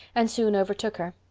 and soon overtook her.